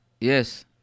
yes